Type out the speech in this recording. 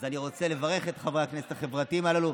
אז אני רוצה לברך את חברי הכנסת החברתיים הללו.